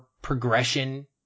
progression